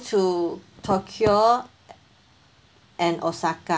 to tokyo and osaka